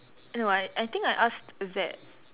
eh no why I think I asked that